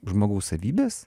žmogaus savybės